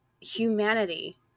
humanity